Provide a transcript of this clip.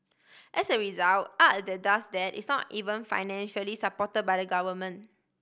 as a result art that does that is not even financially support by the government